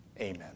Amen